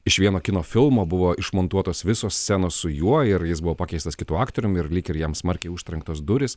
iš vieno kino filmo buvo išmontuotos visos scenos su juo ir jis buvo pakeistas kitu aktorium ir lyg ir jam smarkiai užtrenktos durys